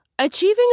Achieving